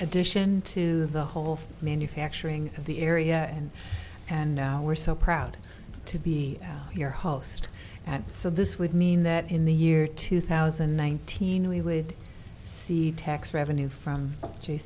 addition to the whole manufacturing of the area and and now we're so proud to be your host and so this would mean that in the year two thousand and nineteen we would see tax revenue from